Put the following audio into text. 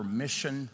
mission